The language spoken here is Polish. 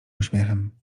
uśmiechem